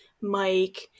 mike